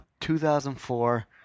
2004